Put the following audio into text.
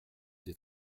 des